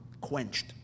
quenched